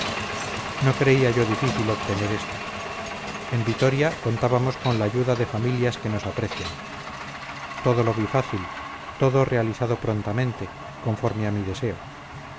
no creía yo difícil obtener esto en vitoria contábamos con la ayuda de familias que nos aprecian todo lo vi fácil todo realizado prontamente conforme a mi deseo